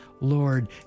Lord